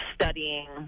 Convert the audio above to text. studying